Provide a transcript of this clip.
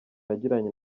yagiranye